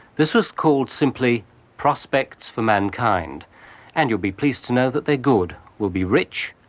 this was called simply prospects for mankind and you'll be pleased to know that they're good. we'll be rich,